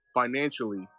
financially